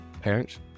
parents